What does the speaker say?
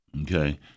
Okay